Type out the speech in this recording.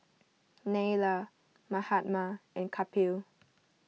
Neila Mahatma and Kapil